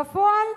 בפועל,